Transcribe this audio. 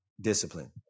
discipline